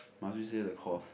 must you say the course